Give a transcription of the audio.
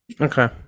Okay